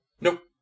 Nope